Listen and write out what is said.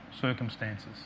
circumstances